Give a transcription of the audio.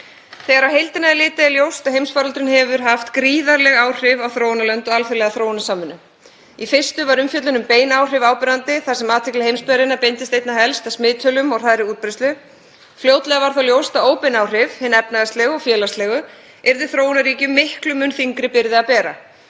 Þegar á heildina er litið er ljóst að heimsfaraldurinn hefur haft gríðarleg áhrif á þróunarlönd og alþjóðlega þróunarsamvinnu. Í fyrstu var umfjöllun um bein áhrif áberandi þar sem athygli heimsbyggðarinnar beindist einna helst að smittölum og hraðri útbreiðslu. Fljótlega varð þó ljóst að óbein áhrif, hin efnahagslegu og félagslegu, yrðu þróunarríkjum miklum mun þyngri byrði að bera,